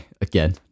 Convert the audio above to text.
again